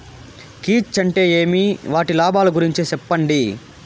కీచ్ అంటే ఏమి? వాటి లాభాలు గురించి సెప్పండి?